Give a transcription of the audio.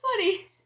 funny